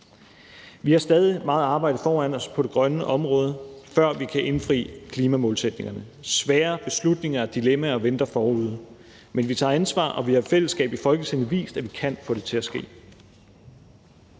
Vi har stadig meget arbejde foran os på det grønne område, før vi kan indfri klimamålsætningerne. Svære beslutninger og dilemmaer venter forude, men vi tager ansvar, og vi har i fællesskab i Folketinget vist, at vi kan få det til at ske.